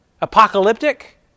Apocalyptic